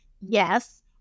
yes